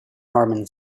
norman